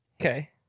Okay